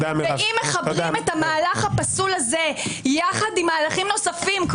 ואם מחברים את המהלך הפסול הזה יחד עם מהלכים נוספים,